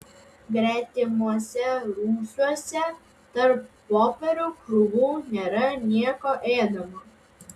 gretimuose rūsiuose tarp popierių krūvų nėra nieko ėdamo